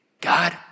God